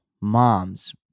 Moms